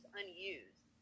unused